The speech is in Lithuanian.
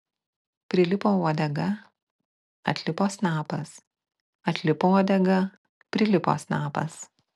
prilipo uodega atlipo snapas atlipo uodega prilipo snapas